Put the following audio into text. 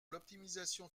l’optimisation